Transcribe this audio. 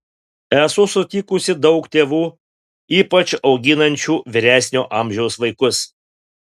esu sutikusi daug tėvų ypač auginančių vyresnio amžiaus vaikus